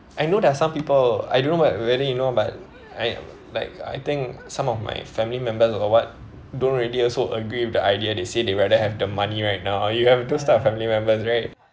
I know there are some people I don't know what whether you know but I like I think some of my family members or what don't really also agree with the idea they say they rather have the money right now you have those type of family members right